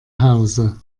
hause